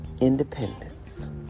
independence